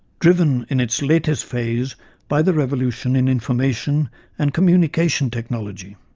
driven in its latest phase by the revolution in information and communication technologies.